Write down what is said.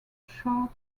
chart